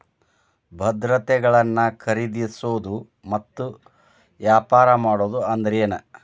ಭದ್ರತೆಗಳನ್ನ ಖರೇದಿಸೋದು ಮತ್ತ ವ್ಯಾಪಾರ ಮಾಡೋದ್ ಅಂದ್ರೆನ